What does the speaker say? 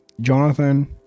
jonathan